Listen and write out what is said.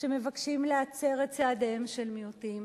שמבקשים להצר את צעדיהם של מיעוטים,